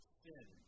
sin